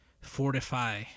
fortify